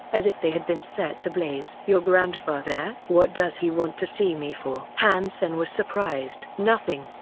as if they had been set ablaze. your grandfather? what does he want to see me for? han sen was surprised. nothing.